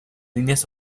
líneas